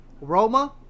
Roma